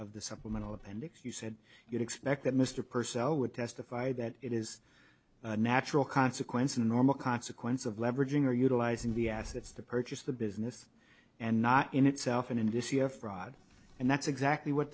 of the supplemental appendix you said you'd expect that mr purcell would testify that it is a natural consequence a normal consequence of leveraging or utilizing the assets to purchase the business and not in itself an industry of fraud and that's exactly what